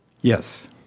Yes